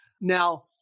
Now